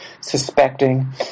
suspecting